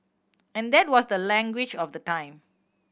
and that was the language of the time